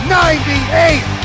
98